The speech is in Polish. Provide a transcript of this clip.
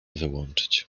wyłączyć